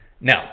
Now